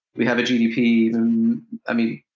we have a gdp i mean,